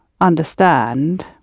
understand